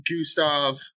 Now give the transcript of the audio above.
Gustav